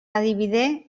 adibide